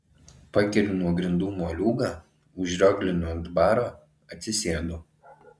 pakeliu nuo grindų moliūgą užrioglinu ant baro atsisėdu